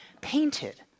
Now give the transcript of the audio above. painted